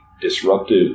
disruptive